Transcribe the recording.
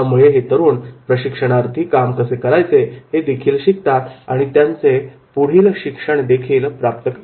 यामुळे हे तरुण प्रशिक्षणार्थी काम कसे करायचे हे देखील शिकतात आणि त्यांचे पुढील शिक्षण देखील प्राप्त करतात